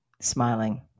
smiling